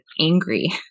angry